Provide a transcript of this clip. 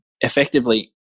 effectively